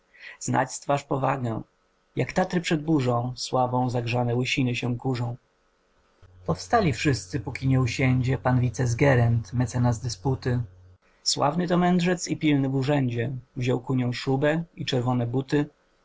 znać z twarz powagę jak tatry przed burzą sławą zagrzane łysiny się kurzą powstali wszyscy póki nie usiędzie pan wicesgerent mecenas dysputy sławny to mędrzec i pilny w urzędzie wziął kunią szubę i czerwone bóty